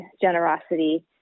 generosity